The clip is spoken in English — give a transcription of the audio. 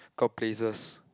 got places